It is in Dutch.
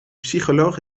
psycholoog